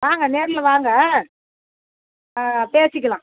வாங்க நேரில் வாங்க ஆ பேசிக்கலாம்